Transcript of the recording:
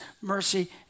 mercy